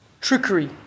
trickery